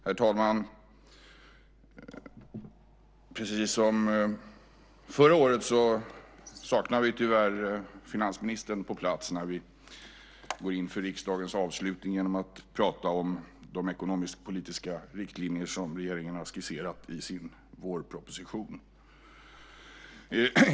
Herr talman! Precis som förra året saknar vi tyvärr finansministern på plats när vi går in för riksdagens avslutning genom att prata om de ekonomisk-politiska riktlinjer som regeringen har skisserat i sin vårproposition.